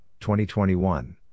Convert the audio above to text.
2021